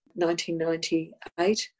1998